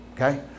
Okay